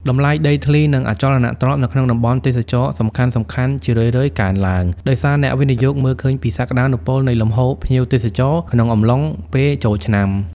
តម្លៃដីធ្លី និងអចលនទ្រព្យនៅក្នុងតំបន់ទេសចរណ៍សំខាន់ៗជារឿយៗកើនឡើង ដោយសារអ្នកវិនិយោគមើលឃើញពីសក្តានុពលនៃលំហូរភ្ញៀវទេសចរក្នុងអំឡុងពេលចូលឆ្នាំ។